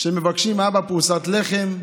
מבקשים: אבא, פרוסת לחם,